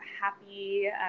happy